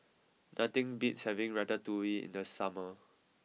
nothing beats having Ratatouille in the summer